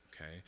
okay